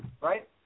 right